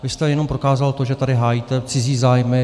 Vy jste jenom prokázal to, že tady hájíte cizí zájmy.